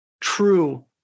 true